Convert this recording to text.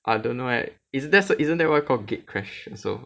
I don't know leh is isn't that why called gatecrash and so